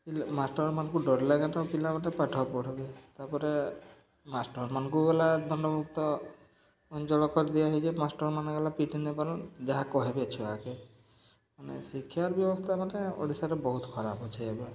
ପିଲା ମାଷ୍ଟରମାନଙ୍କୁ ଡରିଲ କାନ ପିଲାମାନେ ପାଠ ପଢ଼ିବେ ତା'ପରେ ମାଷ୍ଟରମାନଙ୍କୁ ଗଲା ଦଣ୍ଡମୁକ୍ତ ଅଞ୍ଚଳ କରି ଦିଆ ହେଇଛି ମାଷ୍ଟରମାନେ ଗଲା ପିଟିି ନେଇପାରୁନ୍ ଯାହା କହିବେ ଛୁଆକେ ମାନେ ଶିକ୍ଷାର ବ୍ୟବସ୍ଥା ମାନେ ଓଡ଼ିଶାରେ ବହୁତ ଖରାପ ଅଛେ ଏବେ